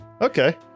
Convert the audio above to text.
Okay